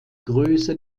größe